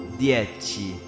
dieci